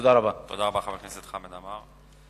תודה רבה, חבר הכנסת חמד עמאר.